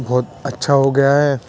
بہت اچھا ہو گیا ہے